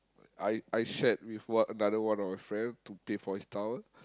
I I shared with one another one of the friend to pay for his tower